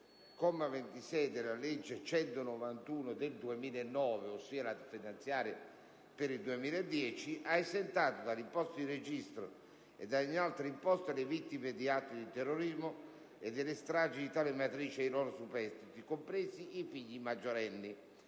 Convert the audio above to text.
comma 26, della legge 23 dicembre 2009, n. 191 (legge finanziaria 2010) ha esentato dall'imposta di registro e da ogni altra imposta le vittime di atti di terrorismo e delle stragi di tale matrice e i loro superstiti, compresi i figli maggiorenni,